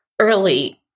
early